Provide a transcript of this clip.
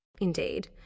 Indeed